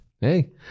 hey